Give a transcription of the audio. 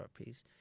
therapies